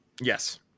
Yes